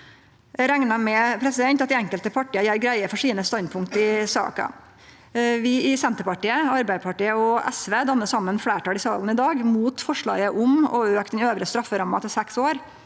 Eg reknar med at dei enkelte partia gjer greie for standpunkta sine i saka. Vi i Senterpartiet, Arbeidarpartiet og SV dannar saman fleirtal i salen i dag mot forslaget om å auke den øvre strafferamma til seks år